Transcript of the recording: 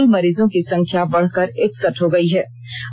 जिले में कुल मरीजों की संख्या बढ़कर इकसठ हो गई है